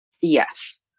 Yes